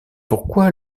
pourquoi